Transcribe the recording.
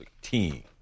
team